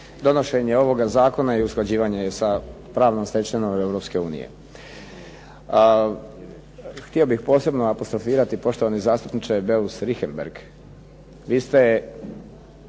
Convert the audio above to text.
donošenje ovoga zakona i usklađivanje sa pravnom stečevinom Europske unije. Htio bih posebno apostrofirati poštovani zastupniče Beus-Richembergh. Vi ste